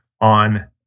on